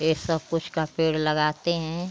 ए सब कुछ का पेड़ लगाते हैं